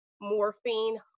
Morphine